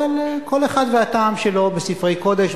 אבל כל אחד והטעם שלו בספרי קודש.